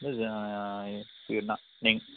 என்ன நீங்க